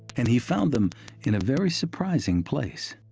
and he found them in a very surprising place.